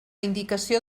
indicació